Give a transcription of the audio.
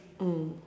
mm